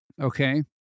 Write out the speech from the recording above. okay